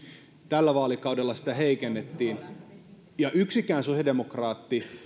tällä vaalikaudella sitä heikennettiin yksikään sosiaalidemokraatti